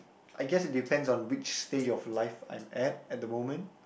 I guess it depends on which stage of life I'm at at the moment